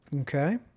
Okay